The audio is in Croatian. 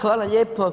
Hvala lijepo.